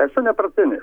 esu nepartinis